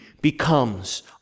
becomes